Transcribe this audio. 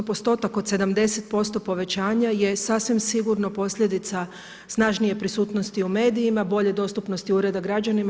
Postotak od 70% povećanja je sasvim sigurno posljedica snažnije prisutnosti u medijima, bolje dostupnosti ureda građanima.